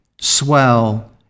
swell